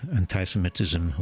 anti-semitism